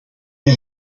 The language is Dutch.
wij